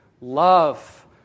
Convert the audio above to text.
Love